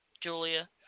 Julia